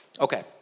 Okay